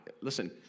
listen